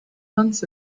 months